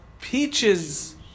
peaches